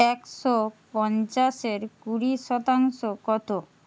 একশো পঞ্চাশের কুড়ি শতাংশ কত